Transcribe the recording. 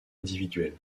individuel